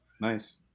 Nice